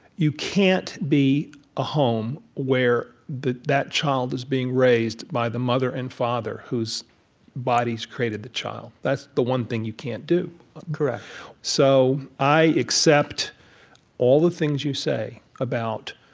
you can't be a home where that child is being raised by the mother and father whose bodies created the child. that's the one thing you can't do correct so i accept all the things you say about,